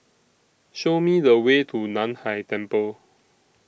Show Me The Way to NAN Hai Temple